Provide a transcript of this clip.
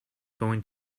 gonna